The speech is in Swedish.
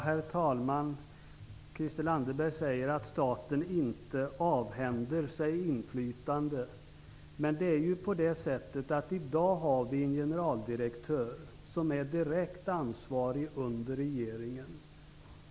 Herr talman! Christel Anderberg säger att staten inte avhänder sig inflytande. Men det är ju på det sättet att vi i dag har en generaldirektör som är direkt ansvarig under regeringen.